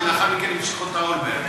ולאחר מכן המשיך אותה אולמרט.